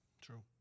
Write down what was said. true